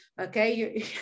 okay